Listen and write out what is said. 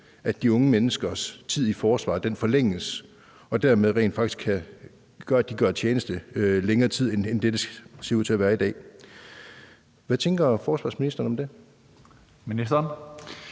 at de unge menneskers tid i forsvaret forlænges, og at de dermed rent faktisk gør tjeneste i længere tid end det, de ser ud til at gøre i dag. Hvad tænker forsvarsministeren om det? Kl.